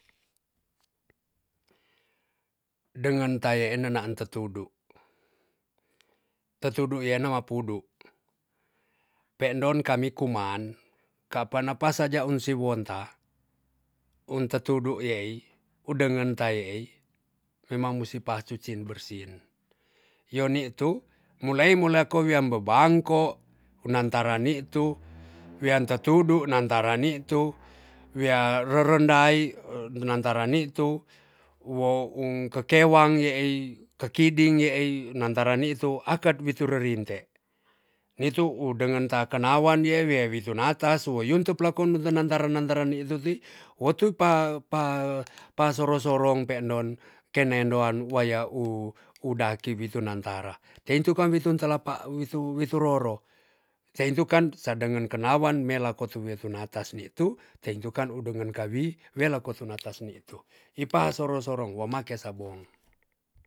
Dengen taye e nenaan tetudu. tetudu yena mapudu. pe endon kami kuman kapa napa saja un siwonta, un tetudu yeei undengen ta yeei memang musi pacucin bersin. yo ni tu mulai mulako wian bebangko unataran nitu, wian tetudu na taran nitu. wia rerendai nentaran nitu, wo um kekewang yeei, kekiding yeei, nantaran nitu akat witu rerinte. nitu udengen ta kenawan yeei wiai witu natas wo yuntup lako nentaren nentaren nitu ti wo tu pa- pa- pa soro sorong peendon kenendoan waya u u daki witu nantra. teitukan witu talapa witu witu roro. tein tukan se dengen kenawan melako tu witu natas ni tu teintukan udengen kewi welako tu natas ni tu. ipa soro sorong wo make sabong.